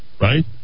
right